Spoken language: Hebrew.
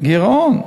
בגירעון,